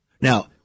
Now